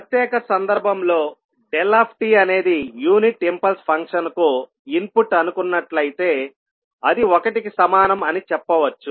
ప్రత్యేక సందర్భంగా δఅనేది యూనిట్ ఇంపల్స్ ఫంక్షన్ కు ఇన్పుట్ అనుకున్నట్లయితే అది ఒకటికి సమానం అని చెప్పవచ్చు